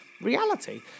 reality